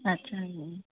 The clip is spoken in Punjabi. ਅੱਛਾ ਜੀ